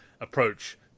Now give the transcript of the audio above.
approach